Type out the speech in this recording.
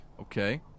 Okay